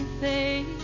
face